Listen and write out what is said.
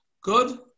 Good